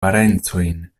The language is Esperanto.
parencojn